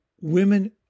women